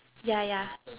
ya ya